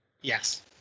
Yes